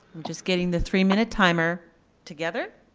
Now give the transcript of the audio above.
just getting the three minute timer together.